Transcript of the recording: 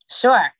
Sure